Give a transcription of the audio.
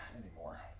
anymore